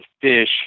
fish